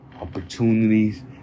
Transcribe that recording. opportunities